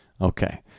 okay